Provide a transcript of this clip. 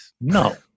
No